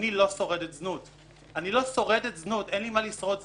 אני לא שורדת זנות, אין לי מה לשרוד זנות.